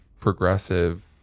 progressive